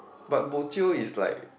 but bo jio is like